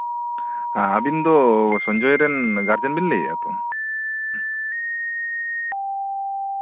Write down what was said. ᱟᱵᱤᱱ ᱫᱚ ᱥᱚᱧᱡᱚᱭ ᱨᱮᱱ ᱜᱟᱨᱡᱮᱱ ᱵᱮᱱ ᱞᱟᱹᱭ ᱮᱫᱟ ᱛᱚ